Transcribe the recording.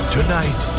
Tonight